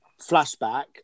flashback